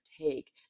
take